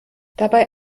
dabei